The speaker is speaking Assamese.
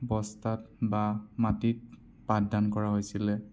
বস্তাত বা মাটিত পাঠদান কৰা হৈছিলে